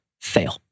fail